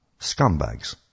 Scumbags